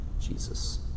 Jesus